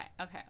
Okay